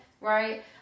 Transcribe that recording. right